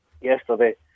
yesterday